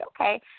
Okay